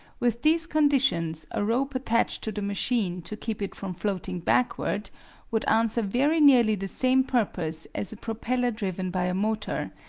with these conditions a rope attached to the machine to keep it from floating backward would answer very nearly the same purpose as a propeller driven by a motor,